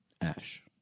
Ash